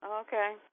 Okay